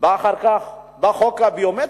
אחר כך בא החוק הביומטרי,